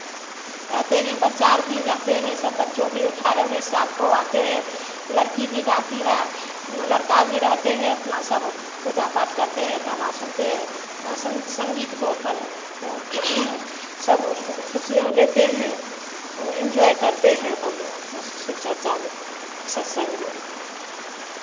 रहते हैं बच्चा अर भी रहते हैं सब बच्चों भी अठारह उन्नीस साल को आते हैं लड़की भी गाती है लड़का भी रहते हैं अपना सब पूजा पाठ करते हैं गाना सुनते है संग संगीत को अपन सब खुशियाँ लेते हैं वो इन्जॉय करते हैं अपन शिव चर्चा में सत्संग में